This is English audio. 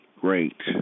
great